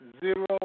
zero